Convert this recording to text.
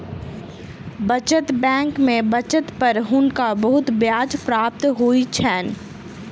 बचत बैंक में बचत पर हुनका बहुत ब्याज प्राप्त होइ छैन